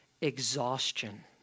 exhaustion